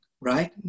right